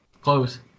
close